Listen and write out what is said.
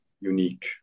unique